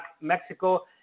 Mexico